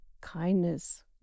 kindness